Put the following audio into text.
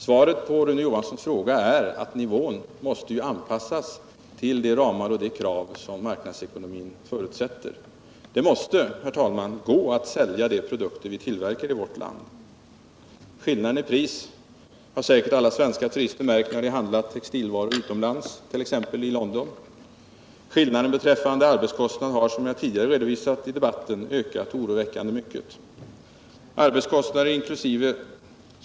Svaret på Rune Johanssons fråga är att nivån måste anpassas till de ramar och de krav som marknadsekonomin förutsätter. Det måste gå att sälja de produkter vi tillverkar i vårt land. Skillnaden i pris har säkert alla svenska turister märkt när de handlat textilvaror utomlands, t.ex. i London. Skillnaden beträffande arbetskostnader har, som jag tidigare redovisat i debatten, ökat oroväckande mycket. Skillnaden i arbetskostnader per timme inkl.